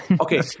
okay